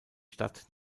stadt